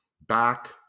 back